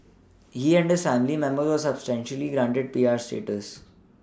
he and his family members were subsequently granted P R status